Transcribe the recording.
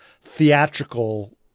theatrical